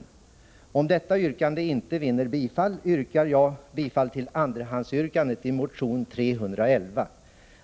I andra hand — om detta yrkande inte vinner bifall — yrkar jag bifall till andrahandsyrkandet i motion 311,